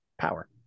Power